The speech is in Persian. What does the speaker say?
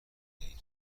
دهید